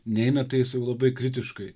neina tai labai kritiškai